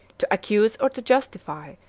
to accuse, or to justify,